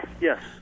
Yes